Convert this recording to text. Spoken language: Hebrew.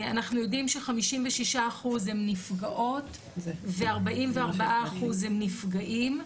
אנחנו יודעים ש- 56% הן נפגעות, ו- 44% הם נפגעים.